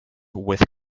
with